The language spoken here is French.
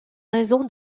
raison